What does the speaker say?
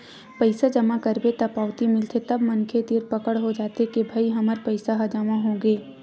पइसा जमा करबे त पावती मिलथे तब मनखे तीर पकड़ हो जाथे के भई हमर पइसा ह जमा होगे